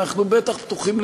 לא על זה דיברתי.